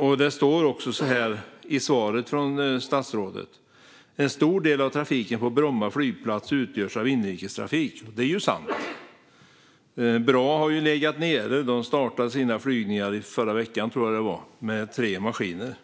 Statsrådet säger också i svaret att en stor del av trafiken på Bromma flygplats utgörs av inrikestrafik, och det är ju sant. BRA har legat nere, men de startade sina flygningar förra veckan, tror jag det var, med tre maskiner.